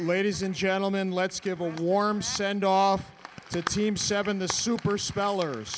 ladies and gentlemen let's give a warm sendoff to team seven the super spellers